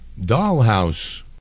Dollhouse